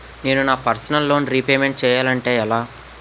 నేను నా personal loan repayment చేయాలంటే ఎలా?